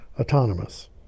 autonomous